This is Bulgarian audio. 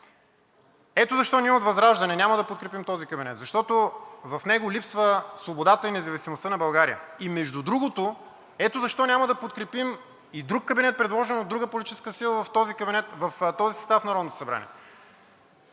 Ето защо ние от ВЪЗРАЖДАНЕ няма да подкрепим този кабинет, защото в него липсва свободата и независимостта на България. И между другото, ето защо няма да подкрепим и друг кабинет, предложен от друга политическа сила в този състав на Народното събрание,